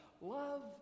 Love